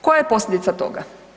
Koja je posljedica toga?